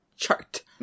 chart